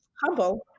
Humble